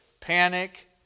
Panic